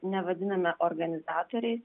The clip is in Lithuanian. nevadiname organizatoriais